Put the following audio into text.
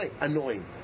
annoying